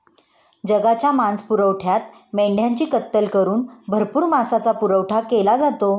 जगाच्या मांसपुरवठ्यात मेंढ्यांची कत्तल करून भरपूर मांसाचा पुरवठा केला जातो